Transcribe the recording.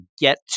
get